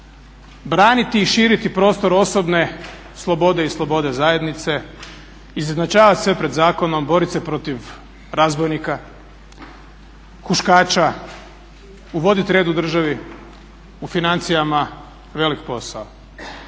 braniti i širiti prostor osobne slobode i slobode zajednice, izjednačavat sve pred zakonom, borit se protiv razbojnika, huškača, uvodit red u državi, u financijama, velik posao.